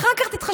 אחר כך תתחשבנו.